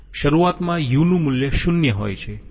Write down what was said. શરૂઆતમાં u નું મૂલ્ય 0 હોય છે